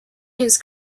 his